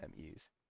MUs